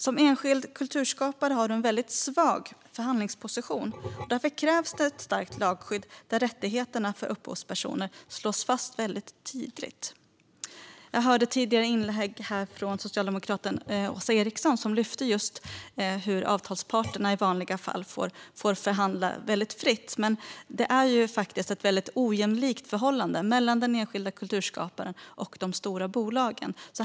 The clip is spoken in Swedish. Som enskild kulturskapare har du en väldigt svag förhandlingsposition, och därför krävs ett starkt lagskydd där rättigheterna för upphovspersoner slås fast tydligt. Jag hörde det tidigare inlägget här från socialdemokraten Åsa Eriksson, som lyfte upp hur avtalsparterna i vanliga fall får förhandla fritt, men det är faktiskt ett väldigt ojämlikt förhållande mellan den enskilda kulturskaparen och de stora bolagen.